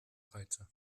reize